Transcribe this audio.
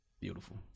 Beautiful